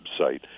website